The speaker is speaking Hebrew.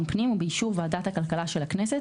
הפנים ובאישור ועדת הכלכלה של הכנסת,